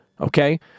okay